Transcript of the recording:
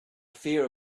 fear